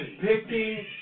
picking